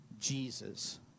Jesus